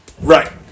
Right